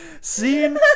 seen